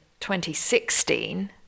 2016